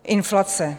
Inflace.